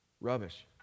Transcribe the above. Rubbish